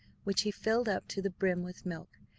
which he filled up to the brim with milk,